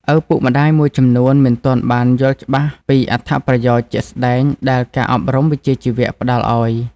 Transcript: ឪពុកម្តាយមួយចំនួនមិនទាន់បានយល់ច្បាស់ពីអត្ថប្រយោជន៍ជាក់ស្តែងដែលការអប់រំវិជ្ជាជីវៈផ្តល់ឲ្យ។